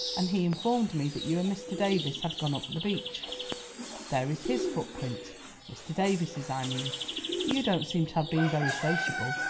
and he informed me that you and mr. davies had gone up the beach there is his footprint mr. davies's, i mean but you don't seem to have been very sociable,